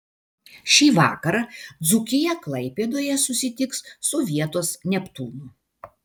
šį vakarą dzūkija klaipėdoje susitiks su vietos neptūnu